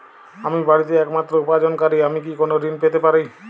আমি বাড়িতে একমাত্র উপার্জনকারী আমি কি কোনো ঋণ পেতে পারি?